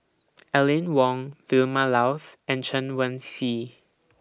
Aline Wong Vilma Laus and Chen Wen Hsi